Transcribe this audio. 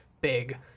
big